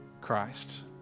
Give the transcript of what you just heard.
Christ